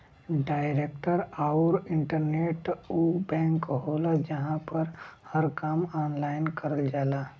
direct आउर internet उ bank होला जहां पर हर काम ऑनलाइन करल जाला